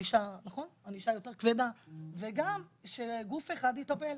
גם שגוף אחד יטפל.